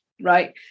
Right